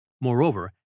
Moreover